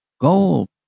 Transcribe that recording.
gold